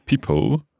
people